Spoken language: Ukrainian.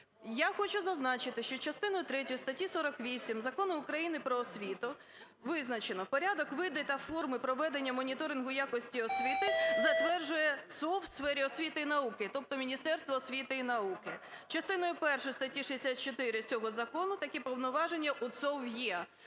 Я хочу зазначити, що частиною третьою статті 48 Закону України "Про освіту" визначено: порядок, види та форми проведення моніторингу якості освіти затверджує ЦОВВ у сфері освіти і науки, тобто Міністерство освіти і науки. Частиною першою статті 64 цього закону такі повноваження у ЦОВВ є.